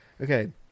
Okay